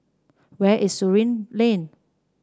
where is Surin Lane